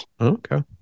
Okay